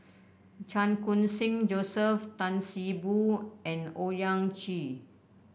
Chan Khun Sing Joseph Tan See Boo and Owyang Chi